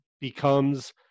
becomes